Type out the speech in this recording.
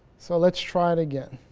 so let's try it again.